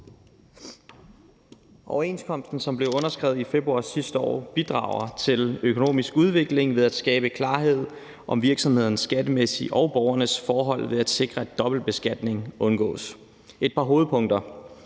Overenskomsten, som blev underskrevet i februar sidste år, bidrager til økonomisk udvikling ved at skabe klarhed om virksomhedernes og borgernes skattemæssige forhold ved at sikre, at dobbeltbeskatning undgås. Et par hovedpunkter: